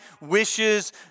wishes